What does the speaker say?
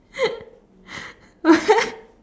what